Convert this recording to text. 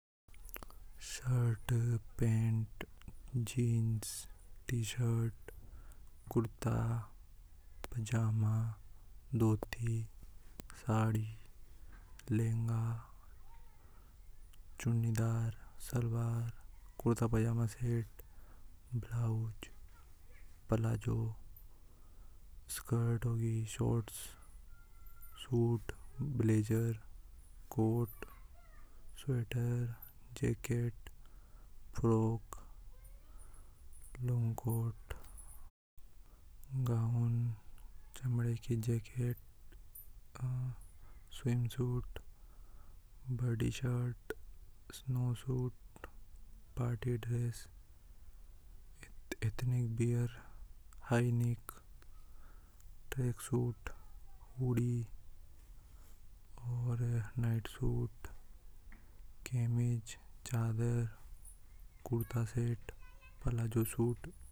﻿Shirt pant jeans T-shirt kurta पजामा धोती साड़ी लहंगाचुन्नी दार सलवार कुर्ता पजामा set blouse palazzo skirt होगी। Shot suit blazer coat sweater jacket frock long coat gown चमड़े की jacket swim suit body shirt snow suit party dress ethnic where high neck tracksuit hoodie और night suit कमीज चादर kurta set palazzo suit.